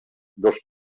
dos